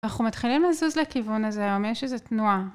אנחנו מתחילים לזוז לכיוון הזה, הוא אומר שזו תנועה.